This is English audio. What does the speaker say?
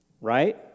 right